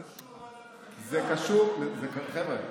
חבר'ה,